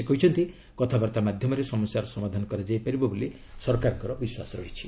ସେ କହିଛନ୍ତି କଥାବାର୍ତ୍ତା ମାଧ୍ୟମରେ ସମସ୍ୟାର ସମାଧାନ କରାଯାଇପାରିବ ବୋଲି ସରକାରଙ୍କର ବିଶ୍ୱାସ ରହିଛି